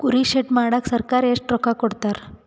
ಕುರಿ ಶೆಡ್ ಮಾಡಕ ಸರ್ಕಾರ ಎಷ್ಟು ರೊಕ್ಕ ಕೊಡ್ತಾರ?